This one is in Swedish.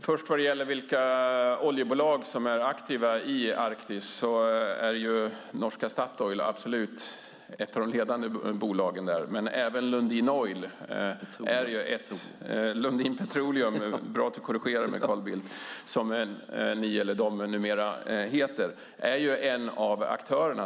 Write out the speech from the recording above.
Herr talman! Beträffande vilka oljebolag som är aktiva i Arktis är norska Statoil ett av de absolut ledande bolagen, men även Lundin Petroleum är en av aktörerna.